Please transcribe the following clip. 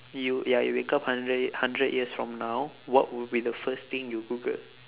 you ya you wake up hundred hundred years from now what would be the first thing you google